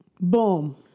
Boom